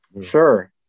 Sure